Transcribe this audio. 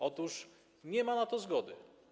Otóż nie ma na to zgody.